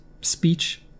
speech